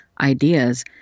ideas